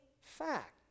fact